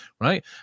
right